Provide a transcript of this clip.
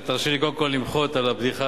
תרשה לי קודם כול למחות על הבדיחה,